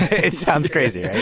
it sounds crazy, right?